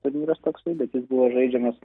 turnyras toksai bet jis buvo žaidžiamas